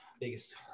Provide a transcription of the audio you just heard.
biggest